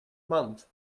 month